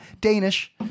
Danish